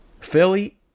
Philly